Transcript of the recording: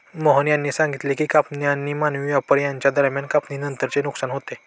मोहन यांनी सांगितले की कापणी आणि मानवी वापर यांच्या दरम्यान कापणीनंतरचे नुकसान होते